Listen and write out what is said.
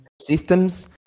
systems